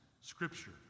Scripture